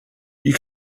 you